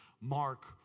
Mark